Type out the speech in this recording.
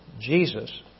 Jesus